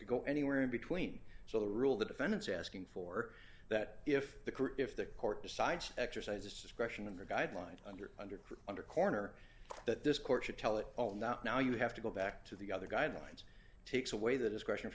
to go anywhere in between so the rule the defendant's asking for that if the if the court decides to exercise its discretion in the guidelines under under court under corner that this court should tell it all not now you have to go back to the other guidelines takes away the discretion